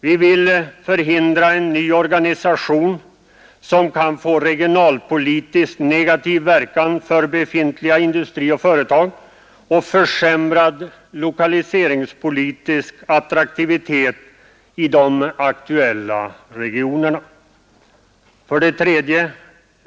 Vi vill förhindra en ny organisation som kan få regionalpolitiskt negativ verkan för befintlig industri och övriga företag och försämrad lokaliseringspolitisk attraktivitet för de aktuella regionerna. 3.